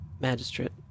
magistrate